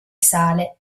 sale